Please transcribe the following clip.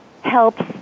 helps